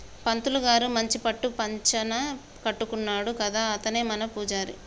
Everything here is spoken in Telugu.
పంతులు గారు మంచి పట్టు పంచన కట్టుకున్నాడు కదా అతనే మన పూజారి